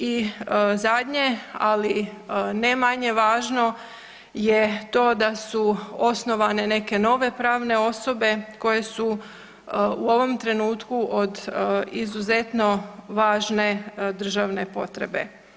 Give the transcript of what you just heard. I zadnje, ali ne manje važno je to da su osnovane neke nove pravne osobe koje su u ovom trenutku od izuzetno važne državne potrebe.